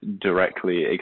directly